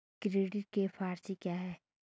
Credit के four C क्या हैं?